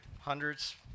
Hundreds